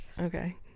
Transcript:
okay